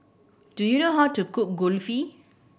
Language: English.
do you know how to cook Kulfi